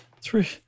three